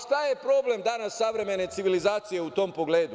Šta je problem danas, savremene civilizacije u tom pogledu?